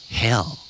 hell